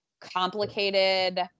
complicated